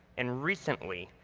and recently,